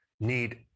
Need